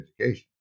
education